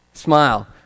smile